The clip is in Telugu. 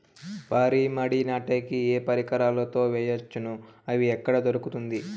వరి మడి నాటే కి ఏ పరికరాలు తో వేయవచ్చును అవి ఎక్కడ దొరుకుతుంది?